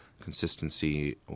consistency